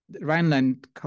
Rhineland